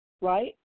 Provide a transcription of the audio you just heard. right